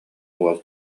уол